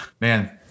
man